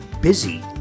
busy